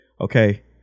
okay